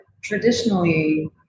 traditionally